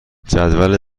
جدول